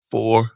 Four